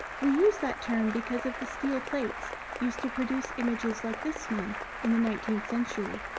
we use that term because of the steel plates used to produce images like this one in the nineteenth century.